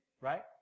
right